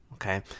Okay